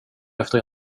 efter